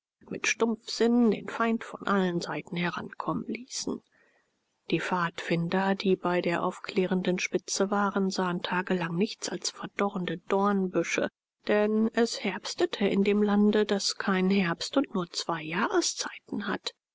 mit stumpfsinn den feind von allen seiten herankommen ließen die pfadfinder die bei der aufklärenden spitze waren sahen tagelang nichts als verdorrende dornbüsche denn es herbstete in dem lande das keinen herbst und nur zwei jahreszeiten hat